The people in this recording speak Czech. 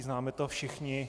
Známe to všichni.